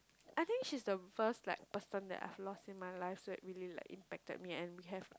I think she's the first like person that I've lost in my life so that really like impacted me and we have